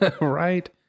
Right